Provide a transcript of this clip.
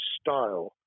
style